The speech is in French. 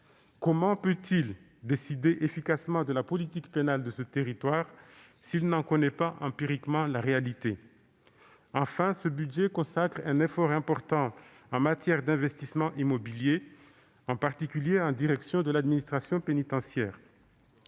Comment peut-il décider efficacement de la politique pénale de ce territoire s'il n'en connaît pas empiriquement la réalité ? Enfin, ce budget consacre un effort important en matière d'investissements immobiliers, en particulier en faveur de l'administration pénitentiaire.